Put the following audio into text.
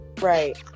Right